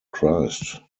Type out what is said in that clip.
christ